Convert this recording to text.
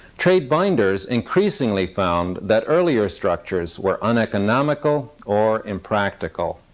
trade binders increasingly found that earlier structures were uneconomical or impractical.